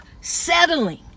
settling